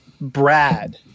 Brad